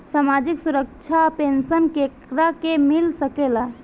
सामाजिक सुरक्षा पेंसन केकरा के मिल सकेला?